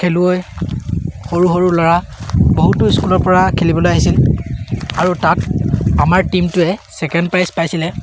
খেলুৱৈ সৰু সৰু ল'ৰা বহুতো স্কুলৰপৰা খেলিবলৈ আহিছিল আৰু তাত আমাৰ টীমটোৱে ছেকেণ্ড প্ৰাইজ পাইছিলে